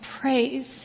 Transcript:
praise